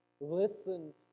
Listen